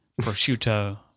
prosciutto